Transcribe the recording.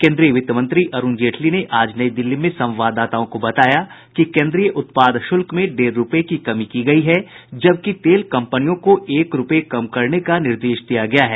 केंद्रीय वित्तमंत्री अरुण जेटली ने आज नई दिल्ली में संवाददाताओं को बताया कि केंद्रीय उत्पाद शुल्क में डेढ़ रुपये की कमी की गयी है जबकि तेल कंपनियों को एक रुपये कम करने का निर्देश दिया गया है